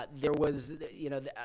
but there was you know,